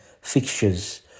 fixtures